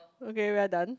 okay we're done